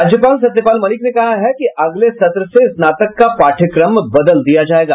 राज्यपाल सत्यपाल मलिक ने कहा है कि अगले सत्र से स्नातक का पाठ्यक्रम बदल दिया जायेगा